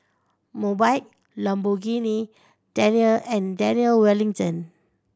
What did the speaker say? Mobike Lamborghini Daniel and Daniel Wellington